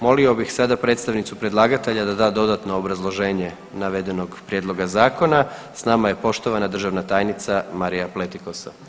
Molio bih sada predstavnicu predlagatelja da da dodatno obrazloženje navedenog prijedloga zakona, s nama je poštovana državna tajnica Marija Pletikosa.